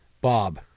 Bob